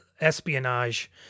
espionage